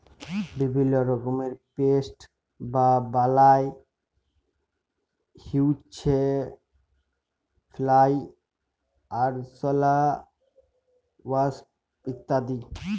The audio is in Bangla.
বিভিল্য রকমের পেস্ট বা বালাই হউচ্ছে ফ্লাই, আরশলা, ওয়াস্প ইত্যাদি